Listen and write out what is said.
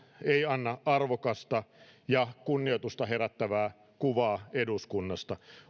ei anna arvokasta ja kunnioitusta herättävää kuvaa eduskunnasta